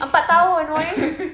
empat tahun woi